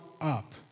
up